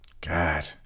God